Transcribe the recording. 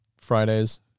Fridays